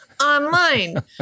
online